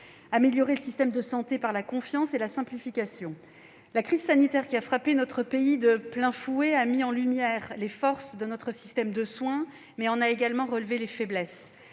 améliorer le système de santé par la confiance et la simplification ». La crise sanitaire qui a frappé notre pays de plein fouet a mis en lumière les forces de notre système de soins, mais elle en a également relevé les faiblesses.